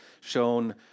shown